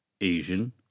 Asian